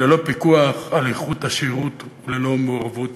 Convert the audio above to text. ללא פיקוח על איכות השירות וללא מעורבות